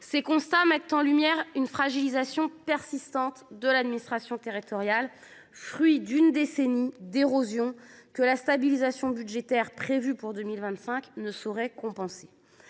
Ces constats mettent en lumière une fragilisation persistante de l’administration territoriale, fruit d’une décennie d’érosion que la stabilisation budgétaire prévue pour 2025 ne saurait compenser.